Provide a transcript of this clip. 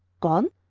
gone!